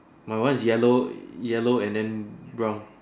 my one is yellow yellow and then brown